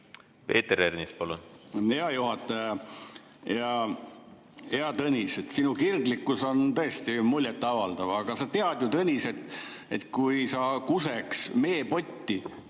Peeter Ernits, palun! Hea juhataja! Hea Tõnis! Sinu kirglikkus on tõesti muljet avaldav. Aga sa tead ju, Tõnis, et kui sa kuseks meepotti,